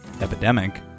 Epidemic